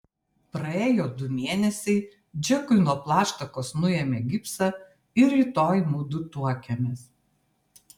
praėjo du mėnesiai džekui nuo plaštakos nuėmė gipsą ir rytoj mudu tuokiamės